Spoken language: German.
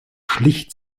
schlicht